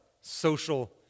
social